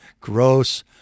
Gross